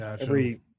every-